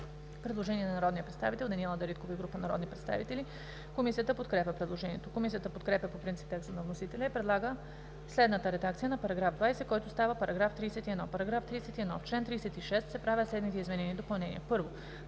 Предложение на народния представител Даниела Дариткова и група народни представители: Комисията подкрепя предложението. Комисията подкрепя по принцип текста на вносителя и предлага следната редакция на § 20, който става § 31: „§ 31. В чл. 36 се правят следните изменения и допълнения: 1.